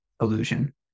illusion